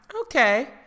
Okay